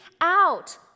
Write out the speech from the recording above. out